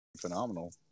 phenomenal